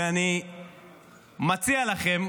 ואני מציע לכם,